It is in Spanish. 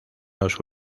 los